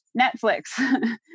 Netflix